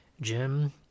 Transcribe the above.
Jim